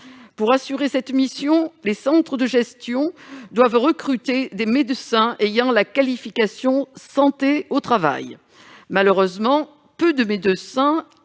Pour assurer leur mission, les centres de gestion doivent recruter des médecins ayant la qualification « santé au travail ». Malheureusement, peu de médecins